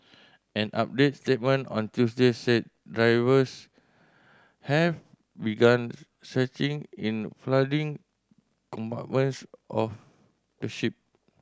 an updated statement on Tuesday said divers have begun searching in flooding compartments of the ship